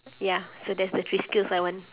ya so that's the three skills I want